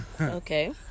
Okay